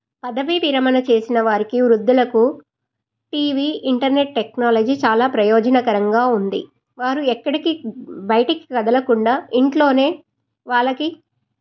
పదవీ విరమణ చేసిన వారికి వృద్ధులకు టీవీ ఇంటర్నెట్ టెక్నాలజీ చాలా ప్రయోజనకరంగా ఉంది వారు ఎక్కడికి బయటికి కదలకుండా ఇంట్లోనే వాళ్ళకి